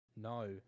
No